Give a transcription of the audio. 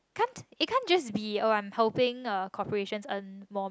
can't it can't just be oh I'm helping a corporations earn more